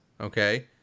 okay